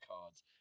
cards